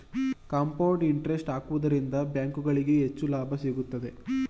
compound interest ಹಾಕುವುದರಿಂದ ಬ್ಯಾಂಕುಗಳಿಗೆ ಹೆಚ್ಚು ಲಾಭ ಸಿಗುತ್ತದೆ